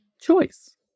choice